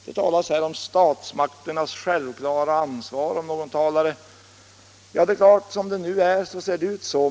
Det talades här om statsmakternas självklara ansvar av någon talare. Det är klart att som det nu är ser det ut så.